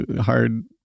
hard